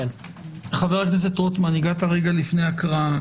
חבר הכנסת רוטמן, הגעת רגע לפני הקראה.